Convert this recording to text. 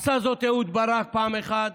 עשה זאת אהוד ברק פעם אחת,